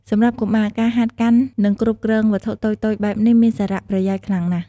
សម្រាប់កុមារ ការហាត់កាន់ និងគ្រប់គ្រងវត្ថុតូចៗបែបនេះមានសារប្រយោជន៍ខ្លាំងណាស់។